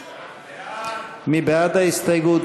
ההסתייגות?